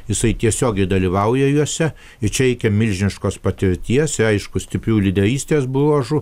jisai tiesiogiai dalyvauja juose ir čia reikia milžiniškos patirties ir aišku stiprių lyderystės bruožų